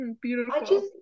Beautiful